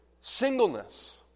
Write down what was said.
singleness